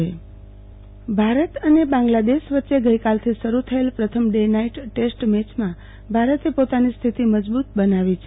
આરતીબેન Bhatt cricket Bharat અને બાંગ્લાદેશ વચ્ચે ગઈકાલથી શરૂ થયેલ પ્રથમ ડે નાઈટ ટેસ્ટ મેચમાં ભારતે પોતાની સ્થિતી મજબુત બનાવી છે